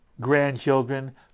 grandchildren